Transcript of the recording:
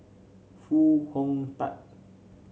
Foo Hong Tatt